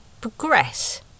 progress